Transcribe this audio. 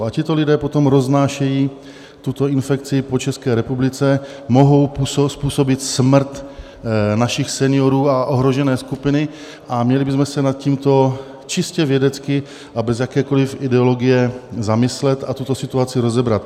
A tito lidé potom roznášejí tuto infekci po České republice, mohou způsobit smrt našich seniorů a ohrožené skupiny a měli bychom se nad tímto čistě vědecky a bez jakékoliv ideologie zamyslet a tuto situaci rozebrat.